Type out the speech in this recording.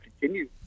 continue